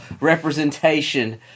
representation